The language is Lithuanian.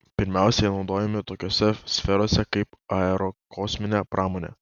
pirmiausia jie naudojami tokiose sferose kaip aerokosminė pramonė